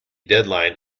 deadline